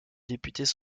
députés